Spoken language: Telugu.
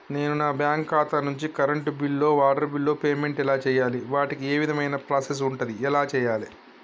నేను నా బ్యాంకు ఖాతా నుంచి కరెంట్ బిల్లో వాటర్ బిల్లో పేమెంట్ ఎలా చేయాలి? వాటికి ఏ విధమైన ప్రాసెస్ ఉంటది? ఎలా చేయాలే?